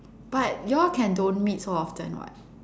but you all can don't meet so often [what]